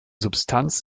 substanz